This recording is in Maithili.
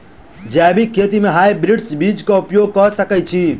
जैविक खेती म हायब्रिडस बीज कऽ उपयोग कऽ सकैय छी?